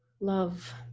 love